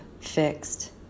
fixed